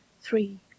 Three